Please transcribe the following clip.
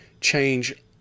change